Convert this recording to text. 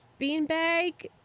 beanbag